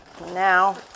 Now